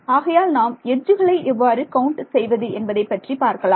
ஆகையால் நாம் எட்ஜுகளை எவ்வாறு கவுண்ட் செய்வது என்பதை பற்றி பார்க்கலாம்